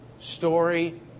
story